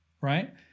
right